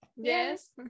yes